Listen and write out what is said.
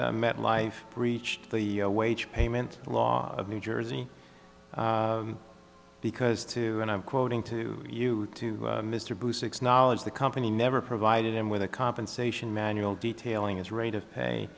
that metlife breached the wage payment law of new jersey because to and i'm quoting to you to mr blue six knowledge the company never provided him with a compensation manual detailing his rate of pay